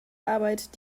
arbeit